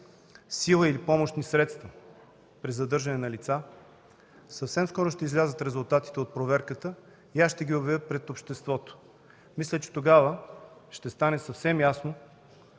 сила или помощни средства при задържане на лица. Съвсем скоро ще излязат резултатите от проверката и аз ще ги обявя пред обществото. Мисля, че тогава ще стане съвсем ясно